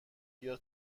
بیا